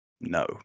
No